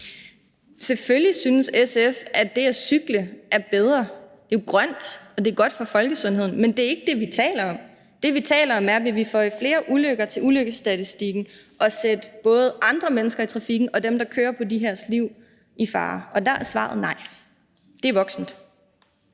Selvfølgelig synes SF, at det at cykle er bedre, det er jo grønt, og det er godt for folkesundheden, men det er ikke det, vi taler om. Det, vi taler om, er, om vi vil føje flere ulykker til ulykkesstatistikken og sætte andres liv i fare, både andre mennesker i trafikken og dem, der kører på de her, og der er svaret nej. Det er voksent.